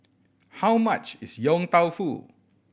how much is Yong Tau Foo